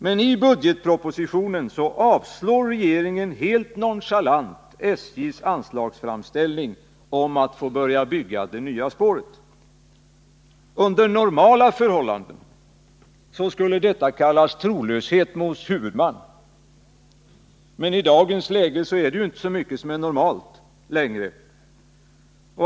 Men i budgetpropositionen avslår regeringen helt nonchalant SJ:s framställning om anslag för att få börja bygga det nya spåret. Under normala förhållanden skulle detta kallas trolöshet mot huvudman. Men i dagens läge är det inte mycket som är normalt längre.